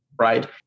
right